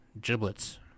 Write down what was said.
Giblets